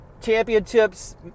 championships